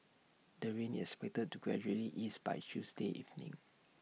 the rain is expected to gradually ease by Tuesday evening